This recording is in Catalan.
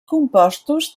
compostos